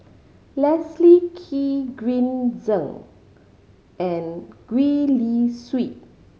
Leslie Kee Green Zeng and Gwee Li Sui